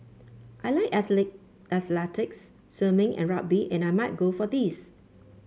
I like athlete athletics swimming and rugby and I might go for these